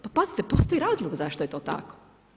Pa pazite, postoji razlog zašto je to tako.